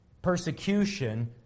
Persecution